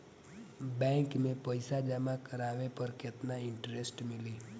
Bank में पईसा जमा करवाये पर केतना इन्टरेस्ट मिली?